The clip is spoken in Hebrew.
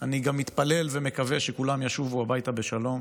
אני גם מתפלל ומקווה שכולם ישובו הביתה בשלום